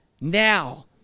now